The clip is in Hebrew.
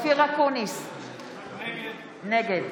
נגד